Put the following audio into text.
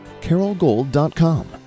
carolgold.com